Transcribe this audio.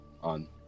on